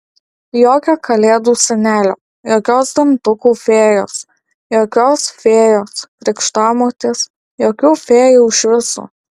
jokio kalėdų senelio jokios dantukų fėjos jokios fėjos krikštamotės jokių fėjų iš viso